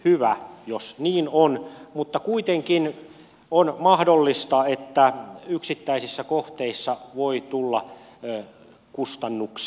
hyvä jos niin on mutta kuitenkin on mahdollista että yksittäisissä kohteissa voi tulla kustannuksia